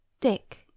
Dick